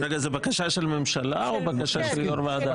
זאת בקשת הממשלה או בקשת יושב ראש הוועדה?